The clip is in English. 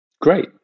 Great